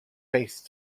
haste